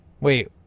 Wait